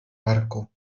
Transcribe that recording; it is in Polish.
parku